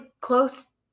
close